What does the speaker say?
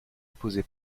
posait